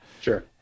Sure